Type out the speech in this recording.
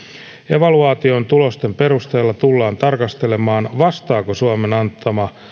evaluaation tulosten perusteella tullaan tarkastelemaan vastaako suomen antama